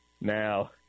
now